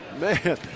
Man